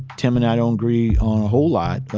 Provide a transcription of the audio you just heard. tim and i don't agree on a whole lot.